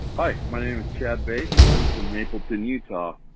hi, my name is chad bates. i'm from mapleton, utah.